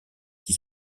qui